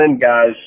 guy's